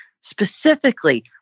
specifically